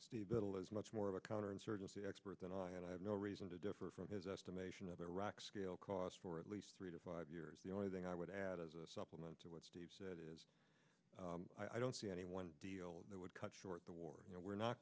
the bill is much more of a counterinsurgency expert than i and i have no reason to differ from his estimation of iraq's scale cost for at least three to five years the only thing i would add as a supplement to what steve said is i don't see any one deal that would cut short the war you know we're not